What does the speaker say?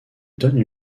donne